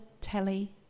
telly